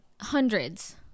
hundreds